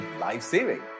life-saving